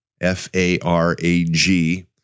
F-A-R-A-G